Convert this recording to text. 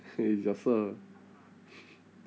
he is your sir